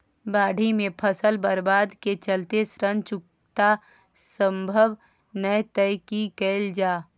बाढि में फसल बर्बाद के चलते ऋण चुकता सम्भव नय त की कैल जा?